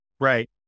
right